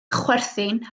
chwerthin